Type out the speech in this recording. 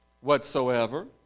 Whatsoever